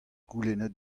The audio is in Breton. goulennet